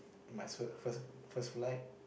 my first first first flight